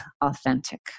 Authentic